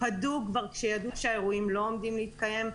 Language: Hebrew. פדו כבר כשידעו שהאירועים לא עומדים להתקיים.